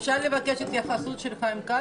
אפשר לבקש התייחסות של חיים כץ?